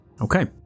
Okay